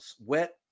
wet